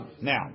Now